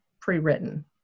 pre-written